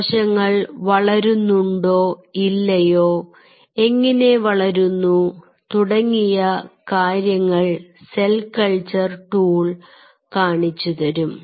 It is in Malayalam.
കോശങ്ങൾ വളരുന്നുണ്ടോ ഇല്ലയോ എങ്ങിനെ വളരുന്നു തുടങ്ങിയ കാര്യങ്ങൾ സെൽ കൾച്ചർ ടൂൾ കാണിച്ചുതരും